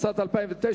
התשס"ט 2009,